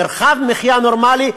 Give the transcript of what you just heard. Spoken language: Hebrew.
מרחב מחיה נורמלי,